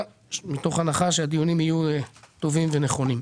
מתוך הנחה שהדיונים יהיו טובים ונכונים.